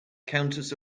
countess